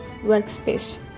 workspace